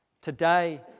today